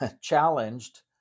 challenged